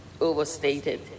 overstated